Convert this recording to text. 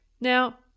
Now